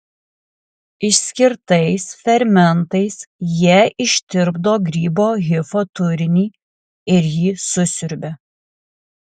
išskirtais fermentais jie ištirpdo grybo hifo turinį ir jį susiurbia